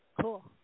Cool